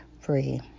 free